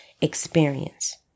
experience